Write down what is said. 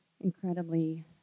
incredibly